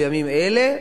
בימים אלה,